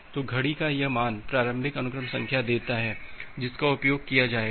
तो घड़ी का यह मान प्रारंभिक अनुक्रम संख्या देता है जिसका उपयोग किया जाएगा